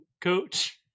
coach